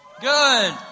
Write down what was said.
Good